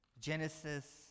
Genesis